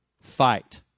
fight